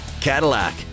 Cadillac